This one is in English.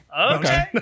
Okay